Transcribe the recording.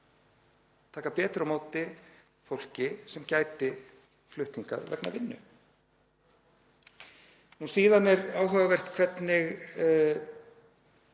taka betur á móti fólki sem gæti flutt hingað vegna vinnu. Síðan er áhugavert hvernig